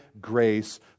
grace